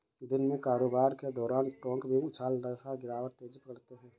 दिन में कारोबार के दौरान टोंक में उछाल तथा गिरावट तेजी पकड़ते हैं